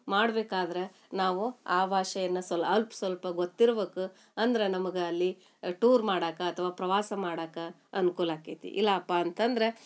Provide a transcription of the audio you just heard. ಮಾಡ್ಬೇಕಾದ್ರೆ ನಾವು ಆ ಭಾಷೆಯನ್ನು ಸೊಲ್ಪ ಅಲ್ಪ ಸ್ವಲ್ಪ ಗೊತ್ತಿರ್ಬೇಕು ಅಂದ್ರೆ ನಮಗೆ ಅಲ್ಲಿ ಟೂರ್ ಮಾಡಕ್ಕೆ ಅಥವಾ ಪ್ರವಾಸ ಮಾಡಕ್ಕೆ ಅನ್ಕೂಲ ಆಕ್ಕೇತಿ ಇಲ್ಲಪ್ಪ ಅಂತಂದ್ರೆ